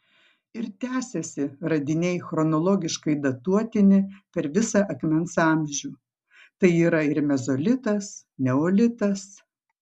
ir tęsiasi radiniai chronologiškai datuotini per visą akmens amžių tai yra ir mezolitas neolitas